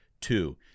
Two